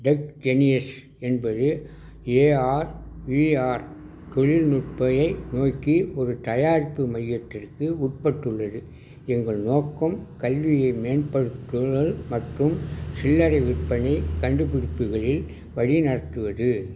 TechGenius என்பது AR VR தொழில்நுட்பயை நோக்கி ஒரு தயாரிப்பு மையத்திற்கு உட்பட்டுள்ளது எங்கள் நோக்கம் கல்வியை மேம்படுத்துதல் மற்றும் சில்லறை விற்பனை கண்டுபிடிப்புகளில் வழிநடத்துவது